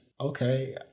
okay